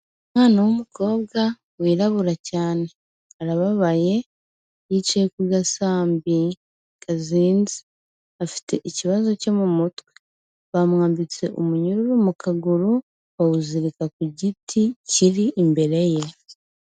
Umwana w'umukobwa wirabura cyane, arababaye yicaye ku gasambi kazinze, afite ikibazo cyo mu mutwe, bamwambitse umunyururu mu kaguru bawuzirika ku giti kiri imbere ye.